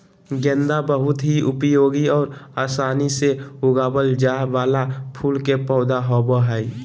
गेंदा बहुत ही उपयोगी और आसानी से उगावल जाय वाला फूल के पौधा होबो हइ